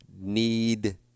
need